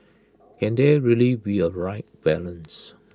can there really be A right balance